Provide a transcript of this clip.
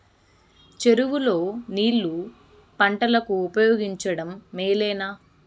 చెరువు లో నీళ్లు పంటలకు ఉపయోగించడం మేలేనా?